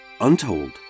untold